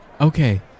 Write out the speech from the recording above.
Okay